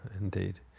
Indeed